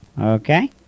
Okay